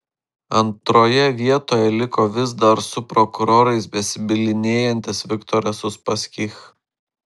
antroje vietoje liko vis dar su prokurorais besibylinėjantis viktoras uspaskich